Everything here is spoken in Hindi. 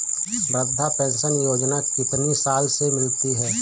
वृद्धा पेंशन योजना कितनी साल से मिलती है?